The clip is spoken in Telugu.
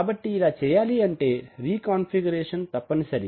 కాబట్టి ఇలా చేయాలి అంటే రీకాంఫిగురేషన్ తప్పనిసరి